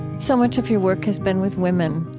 so much of your work has been with women,